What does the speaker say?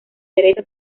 teresa